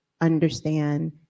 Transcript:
understand